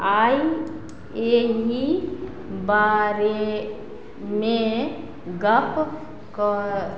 आइ एहि बारेमे गप कऽ